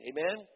Amen